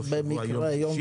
הוסיפו לכם את יום